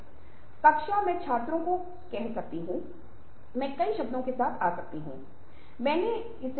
और यदि आवश्यक हो तो एक सहानुभूति दर्शकों के आगे तर्क देने पर विचार करें